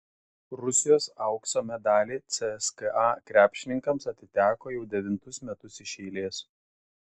rusijos aukso medaliai cska krepšininkams atiteko jau devintus metus iš eilės